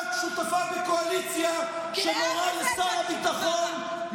את שותפה בקואליציה שמורה לשר הביטחון,